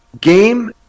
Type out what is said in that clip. game